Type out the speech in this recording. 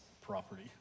property